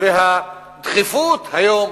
והדחיפות היום